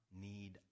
need